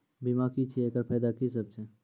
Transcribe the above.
बीमा की छियै? एकरऽ फायदा की सब छै?